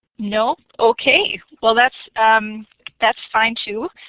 no? okay, well that's that's fine, too.